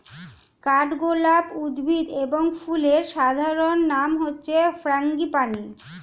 কাঠগোলাপ উদ্ভিদ এবং ফুলের সাধারণ নাম হচ্ছে ফ্রাঙ্গিপানি